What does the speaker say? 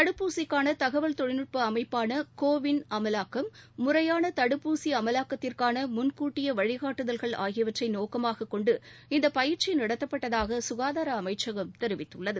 தடுப்பூசிக்காள தகவல் தொழில்நுட்ப அமைப்பாள கோ விள் அமலாக்கம் முறையான தடுப்பூசி அமலாக்கத்திற்கான முன்கூட்டிய வழிகாட்டுதல்கள் ஆகியவற்றை நோக்கமாகக் கொண்டு இந்த பயிற்சி நடத்தப்பட்டதாக குகாதார அமைச்சகம் தெரிவித்துள்ளது